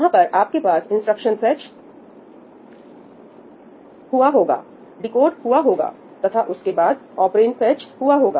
वहां पर आपके पास इंस्ट्रक्शन फेच हुआ होगा डीकोड हुआ होगा तथा उसके बाद आपरेंड फेच हुआ होगा